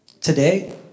today